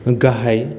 गाहाय